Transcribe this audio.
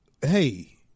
Hey